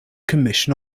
commission